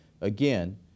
again